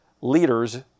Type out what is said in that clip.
leaders